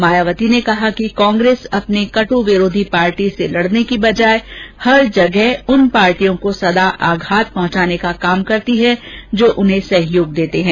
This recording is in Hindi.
मायावती ने कहा कि कांग्रेस अपनी कट् विरोधी पार्टी से लड़ने के बजाए हर जगह उन पार्टियों को सदा आघात पहुंचाने का काम करती है जो उन्हें सहयोग देते हैं